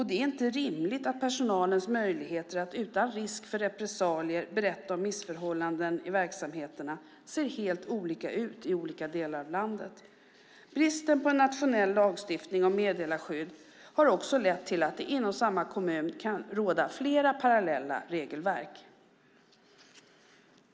Det är inte rimligt att personalens möjligheter att utan risk för repressalier berätta om missförhållanden i verksamheterna ser helt olika ut i olika delar av landet. Bristen på en nationell lagstiftning om meddelarskydd har lett till att det inom en och samma kommun kan råda flera parallella regelverk.